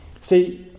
See